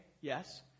Yes